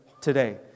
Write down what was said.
today